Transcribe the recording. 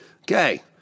Okay